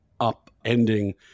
upending